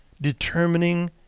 determining